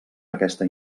aquesta